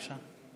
בבקשה.